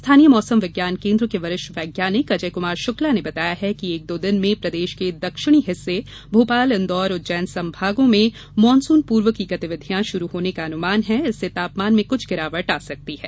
स्थानीय मौसम विज्ञान केन्द्र के वरिष्ठ वैज्ञानिक अजय कमार शुक्ला ने बताया है कि एक दो दिन में प्रदेश के दक्षिणी हिस्से भोपाल इंदौर उज्जैन संभागों के जिलों में मानसून पूर्व की गतिविधियां शुरू होने का अनुमान है इससे तापमान में कुछ गिरावट आ सकती है